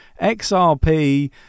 XRP